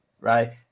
right